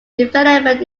development